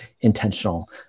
intentional